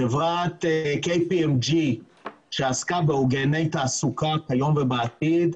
חברת KPMG שעסקה בעוגני תעסוקה כיום ובעתיד,